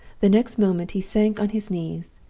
the next moment he sank on his knees,